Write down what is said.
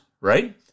Right